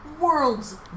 world's